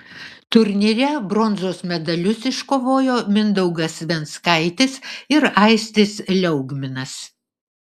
turnyre bronzos medalius iškovojo mindaugas venckaitis ir aistis liaugminas